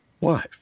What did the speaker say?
wife